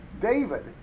David